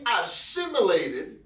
assimilated